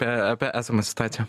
apie apie esamą situaciją